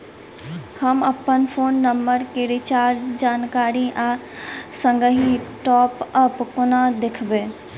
हम अप्पन phone number केँ रिचार्जक जानकारी आ संगहि टॉप अप कोना देखबै?